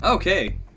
Okay